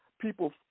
people